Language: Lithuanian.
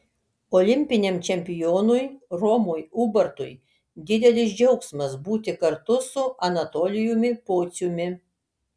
olimpiniam čempionui romui ubartui didelis džiaugsmas būti kartu su anatolijumi pociumi